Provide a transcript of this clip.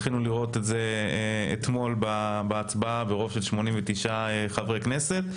זכינו לראות את זה אתמול בהצבעה ברוב של 89 חברי כנסת,